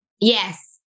Yes